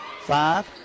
Five